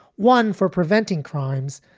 one for preventing crimes.